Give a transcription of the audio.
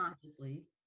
consciously